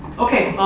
okay.